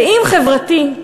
ואם חברתי,